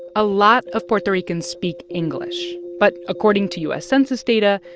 a lot of puerto ricans speak english. but according to u s. census data,